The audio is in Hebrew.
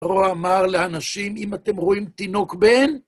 פרעה אמר לאנשים, אם אתם רואים תינוק בן...